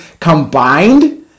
combined